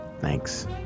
Thanks